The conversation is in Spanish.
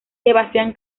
sebastián